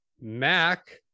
Mac